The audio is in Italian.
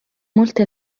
molte